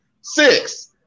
Six